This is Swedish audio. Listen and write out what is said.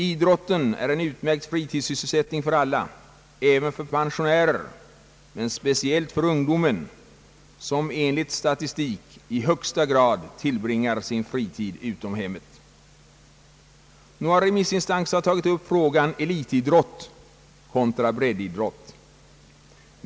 Idrotten är en utmärkt fritidssysselsättning för alla, även för pensionärer men speciellt för ungdomen, som enligt statistiken i högsta grad tillbringar sin fritid utom hemmet. Några remissinstanser har tagit upp frågan elitidrott kontra breddidrott.